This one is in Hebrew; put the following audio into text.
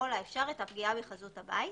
ככל האפשר, את הפגיעה בחזות הבית,